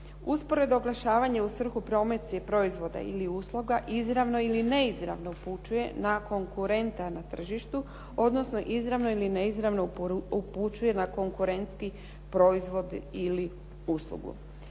Usporedno oglašavanje u svrhu promocije proizvoda ili usluga izravno ili neizravno upućuje na konkurenta na tržištu, odnosno izravno ili neizravno upućuje na konkurentski proizvod ili uslugu.